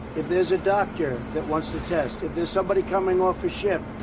if there's a doctor that wants to test, if there's somebody coming off a ship,